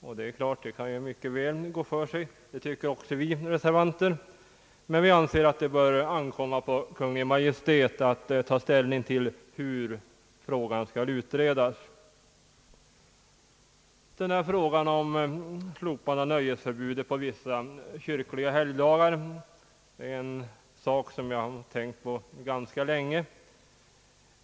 Det tycker också vi reservanter mycket väl kan gå för sig, men vi anser att det bör ankomma på Kungl. Maj:t att ta ställning till hur frågan skall utredas. Frågan om slopande av nöjesförbudet under vissa kyrkliga helgdagar är en sak som jag har tänkt på ganska länge.